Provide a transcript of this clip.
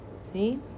see